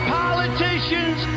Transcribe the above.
politicians